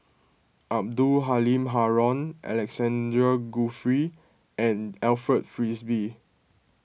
Abdul Halim Haron Alexander Guthrie and Alfred Frisby